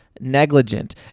negligent